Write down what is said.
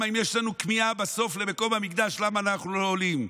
אם יש לנו כמיהה למקום המקדש, למה אנחנו לא עולים?